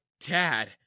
dad